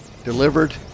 delivered